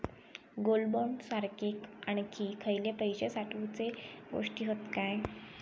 Gold bond सारखे आणखी खयले पैशे साठवूचे गोष्टी हत काय?